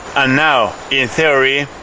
and now, in theory,